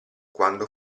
quando